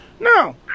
No